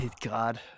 God